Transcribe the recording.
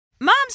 Moms